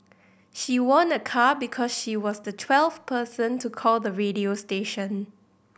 she won a car because she was the twelfth person to call the radio station